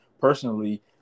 personally